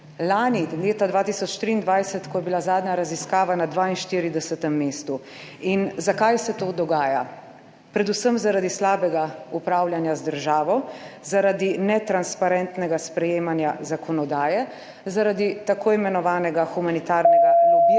lani, leta 2023, ko je bila zadnja raziskava, na 42. mestu. In zakaj se to dogaja? Predvsem zaradi slabega upravljanja z državo, zaradi netransparentnega sprejemanja zakonodaje, zaradi tako imenovanega / znak za konec